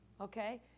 Okay